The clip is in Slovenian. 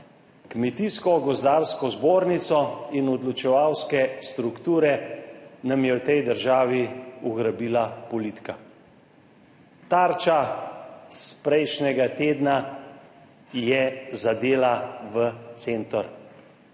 Kmetijsko gozdarsko zbornico in odločevalske strukture nam je v tej državi ugrabila politika. Tarča iz prejšnjega tedna je zadela v center.